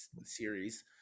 series